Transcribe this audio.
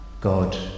God